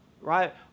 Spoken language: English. right